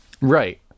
Right